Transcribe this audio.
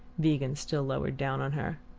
degen still lowered down on her.